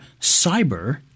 cyber